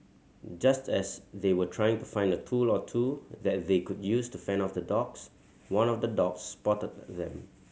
just as they were trying to find a tool or two that they could use to fend off the dogs one of the dogs spotted them